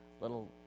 little